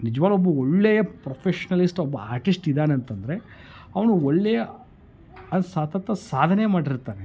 ನಿಜ್ವಾಗ್ಲು ಒಬ್ಬ ಒಳ್ಳೆಯ ಪ್ರೊಫೆಷ್ನಲಿಸ್ಟ್ ಒಬ್ಬ ಆರ್ಟಿಸ್ಟ್ ಇದ್ದಾನೆ ಅಂತ ಅಂದರೆ ಅವನು ಒಳ್ಳೆಯ ಅದು ಸತತ ಸಾಧನೆ ಮಾಡಿರ್ತಾನೆ